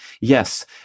Yes